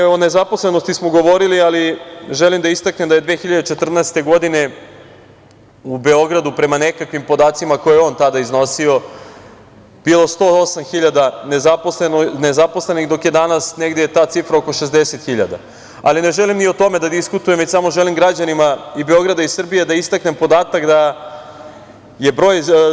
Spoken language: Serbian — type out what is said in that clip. Naime, o nezaposlenosti smo govorili, ali želim da istaknem da je 2014. godine u Beogradu, prema nekakvim podacima koje je on tada iznosio, bilo 108.000 nezaposlenih, dok je danas ta cifra negde oko 60.000, ali ne želim ni o tome da diskutujem, već samo želim građanima i Beograda i Srbije da istaknem podatak da je broj…